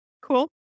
Cool